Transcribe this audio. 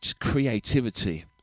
creativity